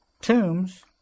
tombs